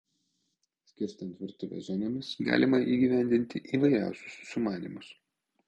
skirstant virtuvę zonomis galima įgyvendinti įvairiausius sumanymus